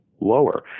lower